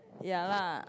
ya lah